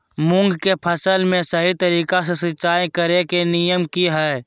मूंग के फसल में सही तरीका से सिंचाई करें के नियम की हय?